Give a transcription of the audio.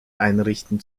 einrichten